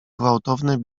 gwałtowne